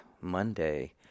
monday